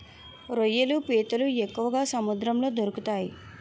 రొయ్యలు పీతలు ఎక్కువగా సముద్రంలో దొరుకుతాయి